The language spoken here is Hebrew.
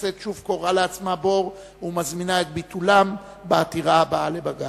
הכנסת שוב כורה לעצמה בור ומזמינה את ביטולם בעתירה הבאה לבג"ץ.